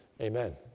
Amen